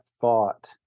thought